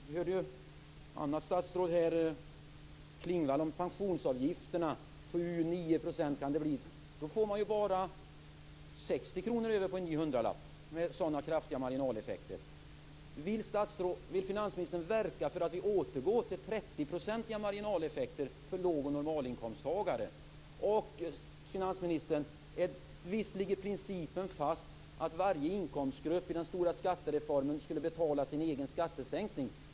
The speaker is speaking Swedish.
Vi hörde ett annat statsråd, Maj Inger Klingvall, tala om pensionsavgifter, där det kan bli 7-9 %. Med sådana kraftiga marginaleffekter får man bara 60 kr över på en ny hundralapp. Vill finansministern verka för att vi återgår till trettioprocentiga marginaleffekter för låg och normalinkomsttagare? Och visst ligger principen fast, finansministern, att varje inkomstgrupp i den stora skattereformen skall betala sin egen skattesänkning?